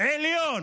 עליון